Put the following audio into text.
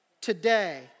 today